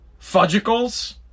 fudgicles